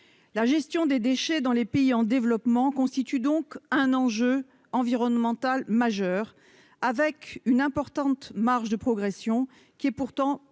La gestion des déchets dans les pays en développement constitue donc un enjeu environnemental majeur et présente une importante marge de progression, pourtant peu mise